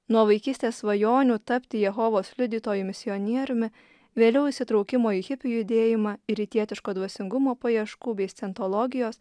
nuo vaikystės svajonių tapti jehovos liudytojų misionieriumi vėliau įsitraukimo į hipių judėjimą ir rytietiško dvasingumo paieškų bei scientologijos